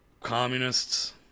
communists